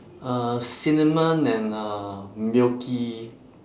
uh cinnamon and uh milky